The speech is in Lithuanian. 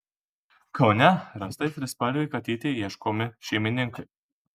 kaune rastai trispalvei katytei ieškomi šeimininkai